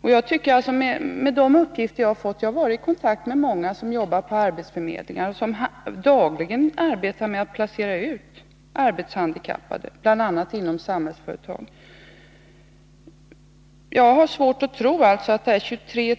På grundval av de uppgifter jag har fått — jag har varit i kontakt med många arbetsförmedlare som dagligen arbetar med att placera ut arbetshandikappade, bl.a. till Samhällsföretag — har jag svårt att tro att siffran 23